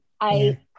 I-